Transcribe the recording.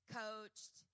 coached